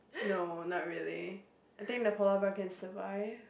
no not really I think the polar bear can survive